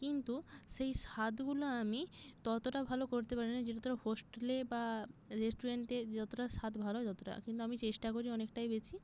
কিন্তু সেই স্বাদগুলো আমি ততটা ভালো করতে পারি না যেটা তারা হস্টেলে বা রেস্টুরেন্টে যতটা স্বাদ ভালো হয় ততটা কিন্তু আমি চেষ্টা করি অনেকটাই গেছি